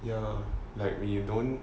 ya like we don't